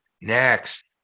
Next